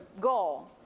Goal